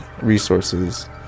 resources